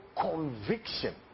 conviction